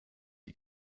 die